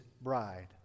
bride